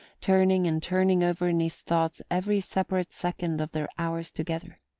turning and turning over in his thoughts every separate second of their hours together.